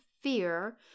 fear